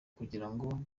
kugirango